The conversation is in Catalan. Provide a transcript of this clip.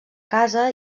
casa